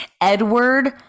Edward